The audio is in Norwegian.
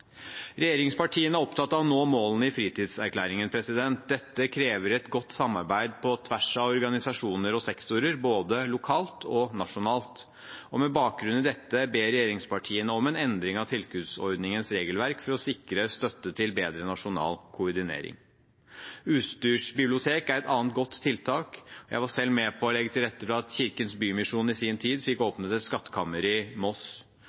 Regjeringspartiene er opptatt av å nå målene i Fritidserklæringen. Dette krever et godt samarbeid på tvers av organisasjoner og sektorer, både lokalt og nasjonalt. Med bakgrunn i dette ber regjeringspartiene om en endring av tilskuddsordningens regelverk for å sikre støtte til bedre nasjonal koordinering. Utstyrsbibliotek er et annet godt tiltak. Jeg var selv med på å legge til rette for at Kirkens Bymisjon i sin tid fikk åpnet Skattkammeret i Moss.